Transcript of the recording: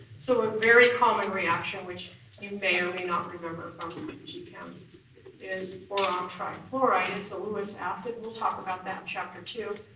so a very common reaction which you may or may not remember from g chem is boron trifluoride, it's a lewis acid, we'll talk about that in chapter two,